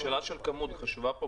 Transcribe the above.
השאלה של הכמויות חשובה פה.